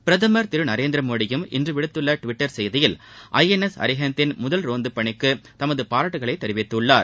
பிரதுர் திரு நரேந்திரமோடியும் இன்று விடுத்துள்ள டுவிட்டர் செய்தியில் ஐ என் எஸ் அரிஹந்த் தின் முதல் ரோந்து பணிக்கு தமது பாராட்டுதல்களை தெரிவித்துள்ளார்